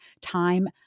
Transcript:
time